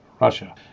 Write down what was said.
Russia